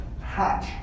hatch